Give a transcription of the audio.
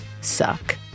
suck